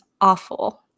awful